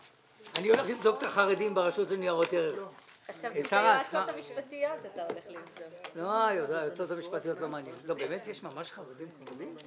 11:30.